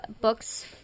books